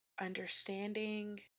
understanding